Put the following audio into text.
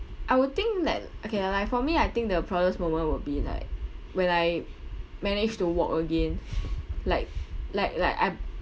I would think that okay li~ like for me I think the proudest moment will be like when I managed to walk again like like like I